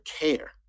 care